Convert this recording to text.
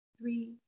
three